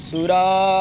Sura